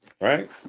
Right